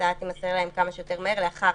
שהתוצאה תימסר להם כמה שיותר מהר לאחר